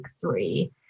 three